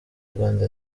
uganda